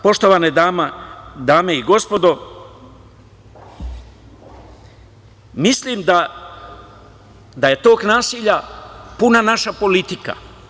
Poštovane dame i gospodo, mislim da je tog nasilja puna naša politika.